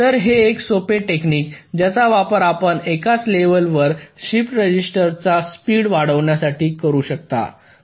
तर हे एक सोपे टेक्निक ज्याचा वापर आपण एकाच लेव्हलवर शिफ्ट रजिस्टरची स्पीड वाढवण्यासाठी करू शकता